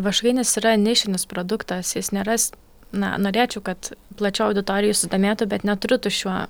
vaškainis yra nišinis produktas jis neras na norėčiau kad plačiau auditorija susidomėtų bet neturiu tuščių